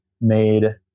made